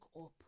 up